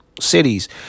cities